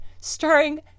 starring